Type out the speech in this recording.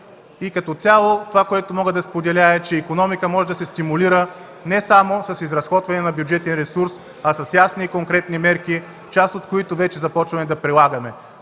Като цяло това, което мога да споделя, е, че икономика може да се стимулира не само с изразходване на бюджетен ресурс, а с ясни и конкретни мерки, част от които вече започваме да прилагаме.